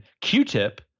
Q-Tip